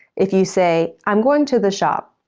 if you say, i'm going to the shop,